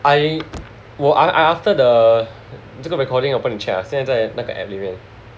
I 我 I after the 这个 recording 我帮你 check 现在那个在